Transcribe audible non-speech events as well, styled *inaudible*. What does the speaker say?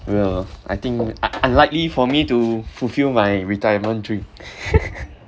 oh ya oh I think u~ unlikely for me to fulfill my retirement dream *laughs*